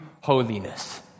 holiness